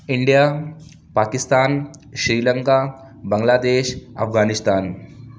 India Pakistan Sri Lanka Bangladesh Afghanistan